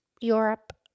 Europe